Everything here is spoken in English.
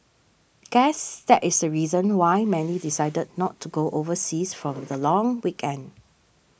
guess that is the reason why many decided not to go overseas for the long weekend